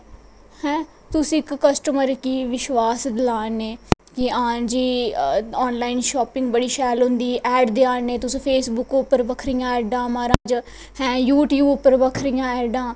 हैं तुस इक कस्टमर गी विश्वास दिला ने कि हां ऑन लाईन शापिंग बड़ी शैल होंदी ऐड देआ ने फेसबुक पर बक्खरियां ऐड्डां म्हाराज हैं यूटयूब पर बक्खरियां ऐडां म्हाराज